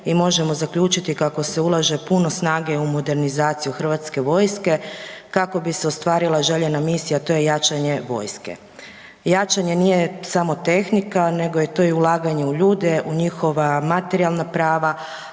i možemo zaključiti kako se ulaže puno snage u modernizaciju hrvatske vojske kako bi se ostvarila željena misija, a to je jačanje vojske. Jačanje nije samo tehnika nego je to ulaganje i u ljude, u njihova materijalna prava,